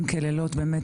לילות כימים,